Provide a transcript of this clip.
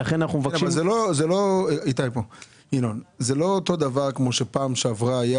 אבל זה לא אותו הדבר כמו שהיה בפעם שעברה.